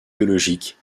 biologiques